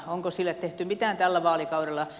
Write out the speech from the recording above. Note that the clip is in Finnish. onko sille tehty mitään tällä vaalikaudella